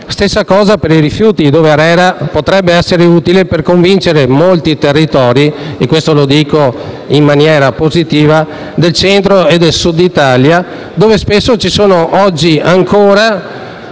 Stessa cosa per i rifiuti, dove ARERA potrebbe essere utile per convincere molti territori - lo dico in maniera positiva - del Centro e del Sud Italia, dove spesso ci sono ancora